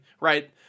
right